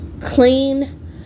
clean